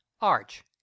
arch